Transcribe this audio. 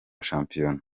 shampiyona